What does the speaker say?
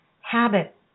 habit